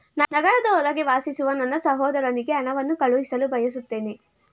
ನಗರದ ಹೊರಗೆ ವಾಸಿಸುವ ನನ್ನ ಸಹೋದರನಿಗೆ ಹಣವನ್ನು ಕಳುಹಿಸಲು ಬಯಸುತ್ತೇನೆ